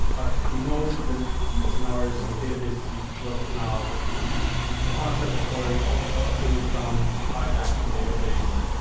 but most of the scenarios and databases we work with now is kind of grafana sends a query. all the processing is done by the actual database.